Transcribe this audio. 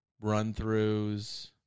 Run-throughs